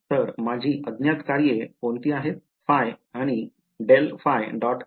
तर माझी अज्ञात कार्ये कोणती आहेत ϕ आणि ∇ϕ